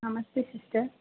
ನಮಸ್ತೆ ಸಿಸ್ಟರ್